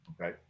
Okay